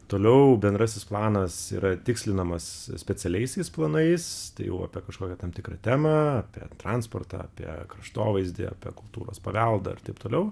toliau bendrasis planas yra tikslinamas specialiaisiais planais tai jau apie kažkokią tam tikrą temą apie transportą apie kraštovaizdį apie kultūros paveldą ir taip toliau